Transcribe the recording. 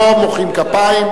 לא מוחאים כפיים.